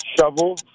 shovel